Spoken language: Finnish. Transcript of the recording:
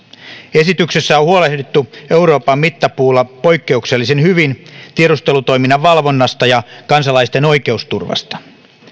esityksessä on huolehdittu euroopan mittapuulla poikkeuksellisen hyvin tiedustelutoiminnan valvonnasta ja kansalaisten oikeusturvasta